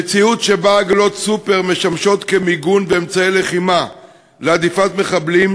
במציאות שבה עגלות סוּפּר משמשות למיגון ואמצעי לחימה להדיפת מחבלים,